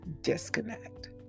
disconnect